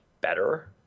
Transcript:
better